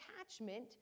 attachment